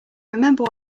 remember